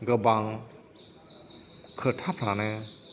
गोबां खोथाफ्रानो